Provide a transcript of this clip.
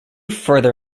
further